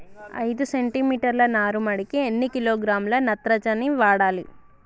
ఐదు సెంటి మీటర్ల నారుమడికి ఎన్ని కిలోగ్రాముల నత్రజని వాడాలి?